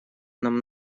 нам